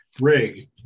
rig